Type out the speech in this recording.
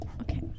Okay